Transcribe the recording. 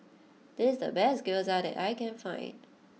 this is the best Gyoza that I can find